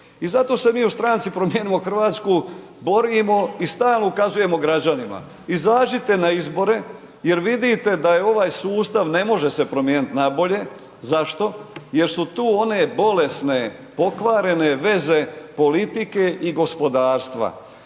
I zato se mi u stranci Promijenimo Hrvatsku borimo i stalno ukazujemo građanima izađite na izbore jer vidite da je ovaj sustav ne može se promijeniti na bolje. Zašto? Jer su tu one bolesne pokvarene veze politike i gospodarstva